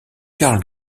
carl